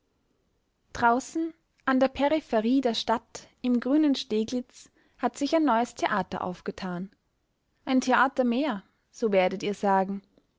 draußen an der peripherie der stadt im grünen steglitz hat sich ein neues theater aufgetan ein theater mehr so werdet ihr sagen